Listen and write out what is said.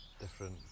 different